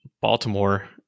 Baltimore